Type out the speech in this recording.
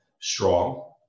strong